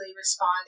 responded